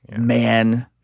man